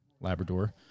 Labrador